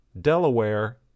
Delaware